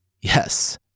yes